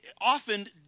often